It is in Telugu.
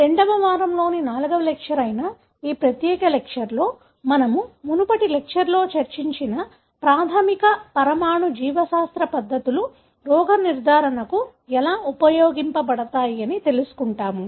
రెండవ వారంలోని నాల్గవ లెక్చర్ అయిన ఈ ప్రత్యేక లెక్చర్లో మనము మునుపటి లెక్చర్ లో చర్చించిన ప్రాథమిక పరమాణు జీవశాస్త్ర పద్ధతులు రోగ నిర్ధారణకు ఎలా ఉపయోగించ బడతాయి అని తెలుసుకుంటాము